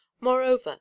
moreover